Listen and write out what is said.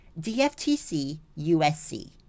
DFTCUSC